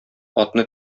атны